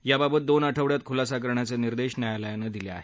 याबाबत दोन आठवड्यात खुलासा करण्याचे निर्देश न्यायालयानं दिले आहेत